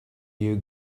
you